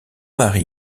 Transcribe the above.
mari